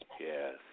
Yes